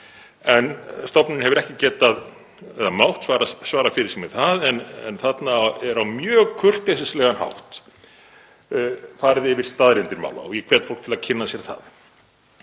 en stofnunin hefur ekki mátt svara fyrir sig með það. En þarna er á mjög kurteislegan hátt farið yfir staðreyndir mála og ég hvet fólk til að kynna sér það.